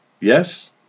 yes